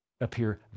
appear